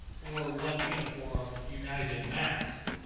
or one uniform united mass.